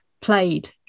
played